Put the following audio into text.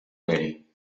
mary